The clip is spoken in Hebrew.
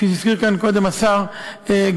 כפי שהזכיר כאן קודם השר גלנט.